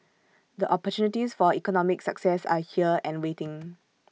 the opportunities for economic success are here and waiting